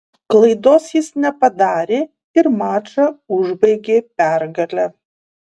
klaidos jis nepadarė ir mačą užbaigė pergale